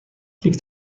liegt